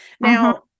Now